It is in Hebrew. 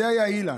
זה היה אילן.